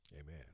Amen